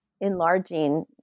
enlarging